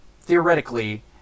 theoretically